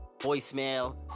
voicemail